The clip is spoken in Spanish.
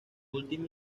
última